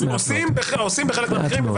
עושים בחלק מהמקרים.